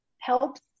helps